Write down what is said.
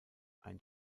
ein